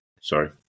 Sorry